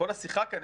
כל השיחה כאן,